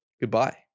goodbye